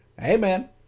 Amen